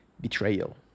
betrayal